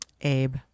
abe